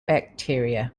bacteria